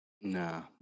Nah